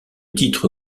titre